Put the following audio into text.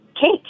cake